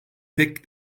pek